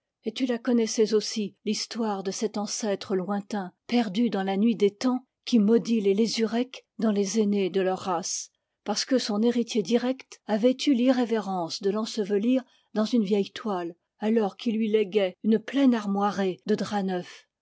et tu la connaissais aussi l'histoire de cet ancêtre lointain perdu dans la nuit des temps qui maudit les lézurec dans les aînés de leur race parce que son héritier direct avait eu l'irrévérence de l'ensevelir dans une vieille toile alors qu'il lui léguait une pleine armoirée de draps